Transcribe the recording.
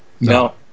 No